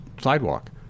sidewalk